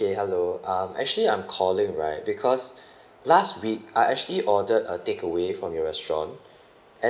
okay hello um actually I'm calling right because last week I actually ordered a takeaway from your restaurant